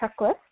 Checklist